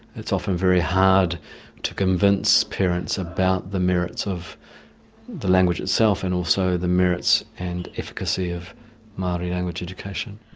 it's often very hard to convince parents about the merits of the language itself and also the merits and efficacy of maori language education.